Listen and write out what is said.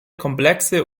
komplexe